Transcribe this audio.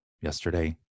Yesterday